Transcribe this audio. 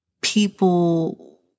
people